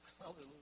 Hallelujah